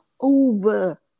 over